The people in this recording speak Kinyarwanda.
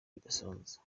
bidasanzwe